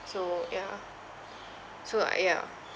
so yeah so ah ya